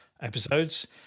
episodes